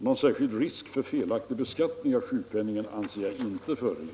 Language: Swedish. Någon särskild risk för felaktig beskattning av sjukpenning anser jag inte föreligga.